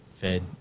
fed